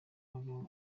bagabo